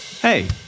Hey